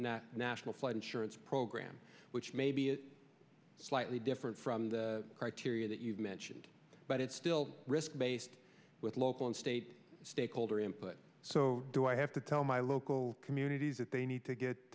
the national flood insurance program which may be slightly different from the criteria that you've mentioned but it's still a risk based with local and state stakeholder input so do i have to tell my local communities that they need to